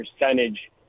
percentage